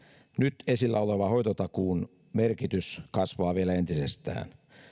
nyt esillä olevan hoitotakuun merkitys kasvaa vielä entisestään